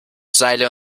seile